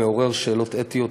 המעורר שאלות אתיות,